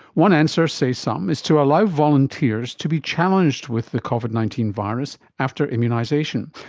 one answer, say some, is to allow volunteers to be challenged with the covid nineteen virus after immunisation.